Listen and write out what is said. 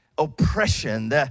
oppression